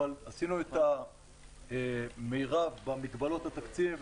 אבל עשינו את המרב במגבלות התקציב.